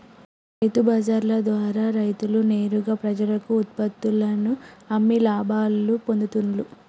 రైతు బజార్ల ద్వారా రైతులు నేరుగా ప్రజలకు ఉత్పత్తుల్లను అమ్మి లాభాలు పొందుతూండ్లు